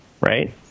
right